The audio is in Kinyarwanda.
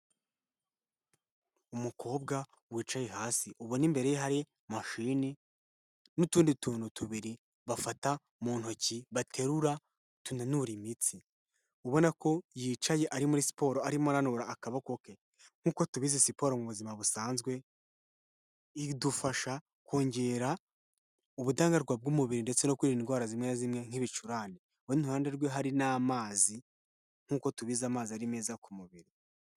Umukobwa wicaye hasi ubona imbere hari mashini n'utundi tuntu tubiri bafata mu ntoki baterura tunanura imitsi, ubona ko yicaye ari muri siporo arimo ananura akaboko ke. Nk'uko tubizi siporo mu buzima busanzwe idufasha kongera ubudahangarwa bw'umubiri ndetse no kwirinda indwara zimwe na zimwe nk'ibicurane, kurundi ruhande rwe hari n'amazi nk'uko tubizi amazi ari meza ku mubiri.